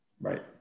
right